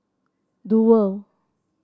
Duo